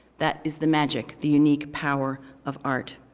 that is the magic, the unique power of art.